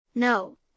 No